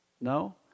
no